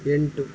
ಎಂಟು